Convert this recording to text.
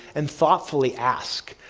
and thoughtfully ask,